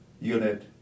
unit